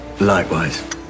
Likewise